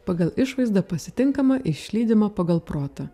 pagal išvaizdą pasitinkama išlydima pagal protą